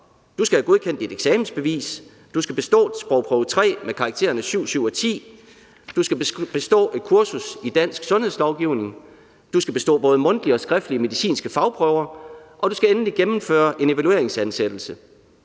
Du skal have godkendt dit eksamensbevis, du skal bestå sprogprøve 3 med karaktererne 7, 7 og 10, du skal bestå et kursus i dansk sundhedslovgivning, du skal bestå både mundtlige og skriftlige medicinske fagprøver, og endelig skal du gennemføre en evalueringsansættelse